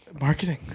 marketing